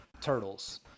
turtles